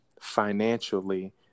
financially